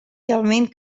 idealment